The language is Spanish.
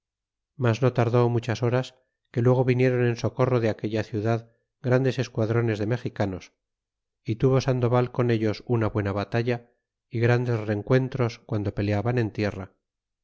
mas no tardó muchas horas que luego vinieron en socorro de aquella ciudad grandes esquadrones de mexicanos y tuvo sandoval con ellos una buena batalla y grandes rencuentros guando peleaban en tierra